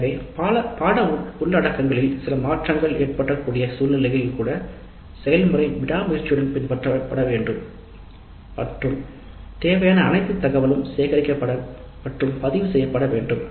எனவே பாட உள்ளடக்கங்களில் சில மாற்றங்கள் ஏற்படக்கூடிய சூழ்நிலைகளில் கூட செயல்முறை விடாமுயற்சியுடன் பின்பற்றப்பட வேண்டும் மற்றும் தேவையான அனைத்து தரவும் சேகரிக்கப்பட மற்றும் பதிவு செய்யப்பட வேண்டும்